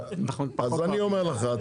אז אני אומר לך,